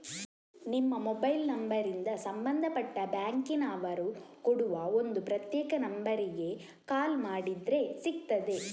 ನಿಮ್ಮ ಮೊಬೈಲ್ ನಂಬರಿಂದ ಸಂಬಂಧಪಟ್ಟ ಬ್ಯಾಂಕಿನ ಅವರು ಕೊಡುವ ಒಂದು ಪ್ರತ್ಯೇಕ ನಂಬರಿಗೆ ಕಾಲ್ ಮಾಡಿದ್ರೆ ಸಿಗ್ತದೆ